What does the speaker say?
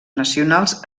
nacionals